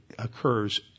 occurs